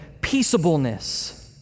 peaceableness